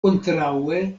kontraŭe